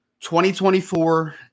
2024